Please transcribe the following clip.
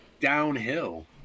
downhill